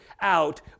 out